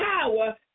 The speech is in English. power